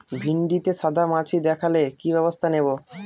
ভিন্ডিতে সাদা মাছি দেখালে কি ব্যবস্থা নেবো?